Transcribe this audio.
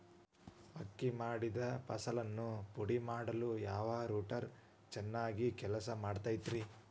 ಅಕ್ಕಿ ಮಾಡಿದ ಫಸಲನ್ನು ಪುಡಿಮಾಡಲು ಯಾವ ರೂಟರ್ ಚೆನ್ನಾಗಿ ಕೆಲಸ ಮಾಡತೈತ್ರಿ?